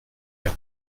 der